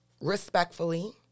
respectfully